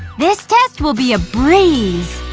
this test will be a breeze!